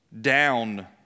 down